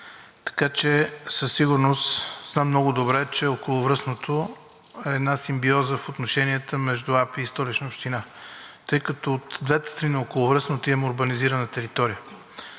Така че със сигурност знам много добре, че околовръстното е една симбиоза в отношенията между АПИ и Столична община, тъй като от двете страни на околовръстното има урбанизирана територия.